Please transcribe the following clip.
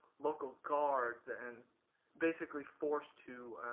local guards and basically forced to